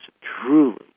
truly